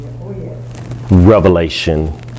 revelation